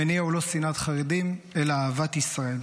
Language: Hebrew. המניע הוא לא שנאת חרדים, אלא אהבת ישראל.